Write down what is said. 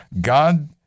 God